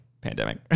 pandemic